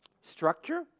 structure